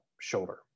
shoulder